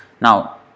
Now